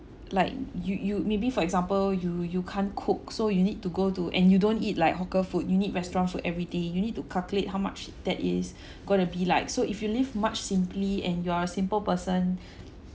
like you you maybe for example you you can't cook so you need to go to and you don't eat like hawker food you need restaurant food everyday you need to calculate how much that is gonna be like so if you live much simply and you're a simple person